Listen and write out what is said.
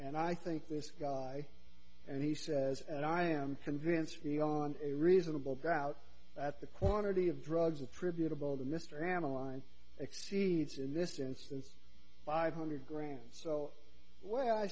and i think this guy and he says and i am convinced beyond a reasonable doubt that the quantity of drugs attributable to mr am a line exceeds in this instance five hundred grams so w